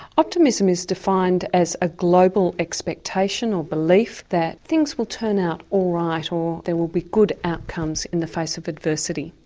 optimism is defined as a global expectation or belief that things will turn out all right, or there will be good outcomes in the face of adversity.